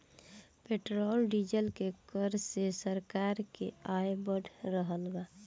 petrol diesel के कर से सरकार के आय बढ़ रहल बा